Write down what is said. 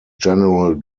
general